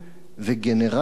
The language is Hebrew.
וגנרלים,